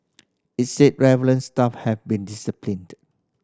it said relevant staff have been disciplined